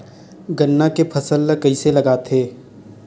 गन्ना के फसल ल कइसे लगाथे?